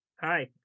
hi